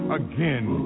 again